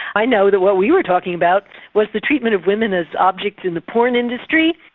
i know that what we were talking about was the treatment of women as objects in the porn industry,